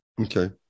Okay